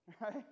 right